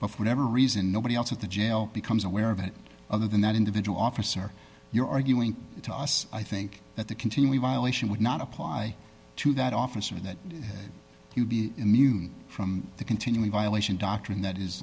of whatever reason nobody else at the jail becomes aware of it other than that individual officer you're arguing to us i think that the continually violation would not apply to that officer that you'll be immune from the continuing violation doctrine that is